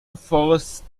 forced